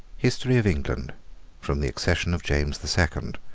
history of england from the accession of james the second